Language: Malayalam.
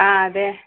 ആ അതെ